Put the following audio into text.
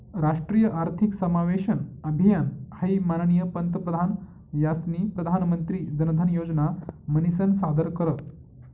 राष्ट्रीय आर्थिक समावेशन अभियान हाई माननीय पंतप्रधान यास्नी प्रधानमंत्री जनधन योजना म्हनीसन सादर कर